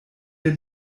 der